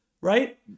right